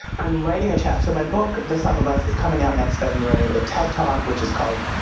i'm writing a chapter, my book, the sum of us is coming out next february, the ted talk, which is called